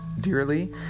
dearly